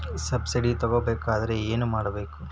Subsidy ತಗೊಬೇಕಾದರೆ ಏನು ಮಾಡಬೇಕು?